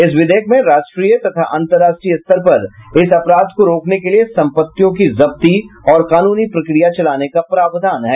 इस विधेयक में राष्ट्रीय तथा अंतरराष्ट्रीय स्तर पर इस अपराध को रोकने के लिए सम्पत्तियों की जब्ती और कानूनी प्रक्रिया चलाने का प्रावधान है